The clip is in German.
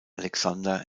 alexander